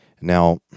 Now